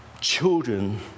children